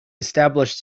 established